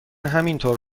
همینطور